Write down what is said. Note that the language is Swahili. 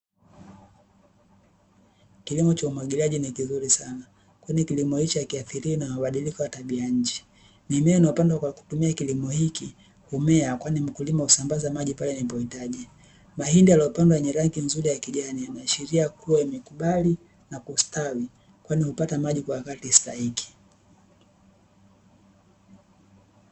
Kilimo cha umwagiliaji ni kizuri sana, kwani kilimo hichi hakiadhiriwi na mabadiliko ya tabia nchi. Mimea inayopandwa kwa kutumia kilimo hiki humea kwani mkulima husambaza maji pale inapohitaji. Mahindi yaliyopandwa yenye rangi zuri ya kijani yameashiria kuwa yamekubali na kusitawi kwani hupata maji kwa wakati stahiki.